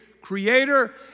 creator